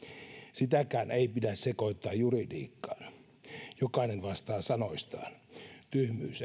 sitäkään ei pidä sekoittaa juridiikkaan jokainen vastaa sanoistaan tyhmyys